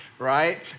Right